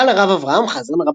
נכדה לרב אברהם חזן,